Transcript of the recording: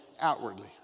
outwardly